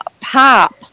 Pop